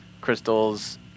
crystals